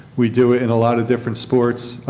we do it and a lot of different sports.